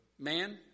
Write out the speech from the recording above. Man